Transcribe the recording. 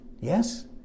Yes